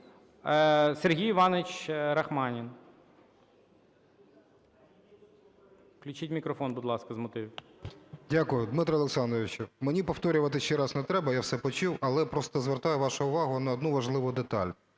Дякую. Дмитре Олександровичу, мені повторювати ще раз не треба, я все почув, але просто звертаю вашу увагу на одну важливу деталь.